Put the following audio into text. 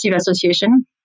association